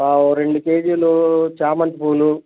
ఒక రెండు కేజీలు చామంతి పూలు